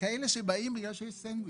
כאלה שבאים בגלל שיש סנדוויץ'.